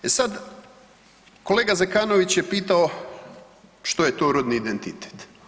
E sad, kolega Zekanović je pitao što je to rodni identitet?